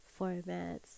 formats